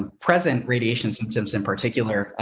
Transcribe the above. ah president radiation symptoms in particular.